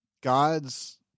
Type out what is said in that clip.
God's